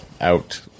out